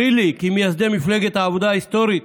ברי לי כי מייסדי מפלגת העבודה ההיסטורית